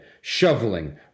shoveling